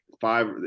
five